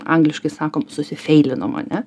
angliškai sakom susifieilinom ane